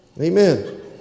Amen